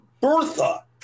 Bertha